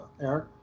Eric